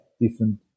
different